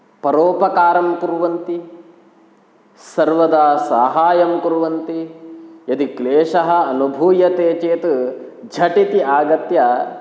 परोपकारं कुर्वन्ति सर्वदा साहाय्यं कुर्वन्ति यदि क्लेशः अनुभूयते चेत् झटिति आगत्य